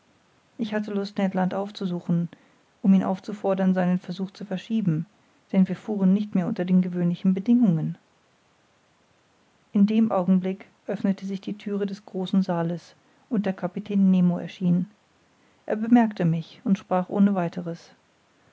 ich hatte lust ned land aufzusuchen um ihn aufzufordern seinen versuch zu verschieben denn wir fuhren nicht mehr unter den gewöhnlichen bedingungen in dem augenblick öffnete sich die thüre des großen saales und der kapitän nemo erschien er bemerkte mich und sprach ohne weiteres